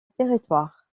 territoire